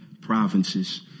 provinces